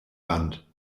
band